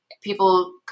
People